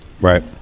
right